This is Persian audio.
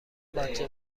باجه